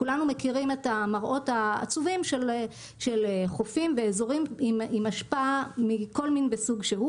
כולנו מכירים את המראות העצובים של חופים עם אשפה מכל מין וסוג שהוא.